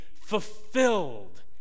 fulfilled